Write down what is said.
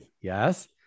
Yes